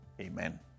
Amen